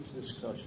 discussion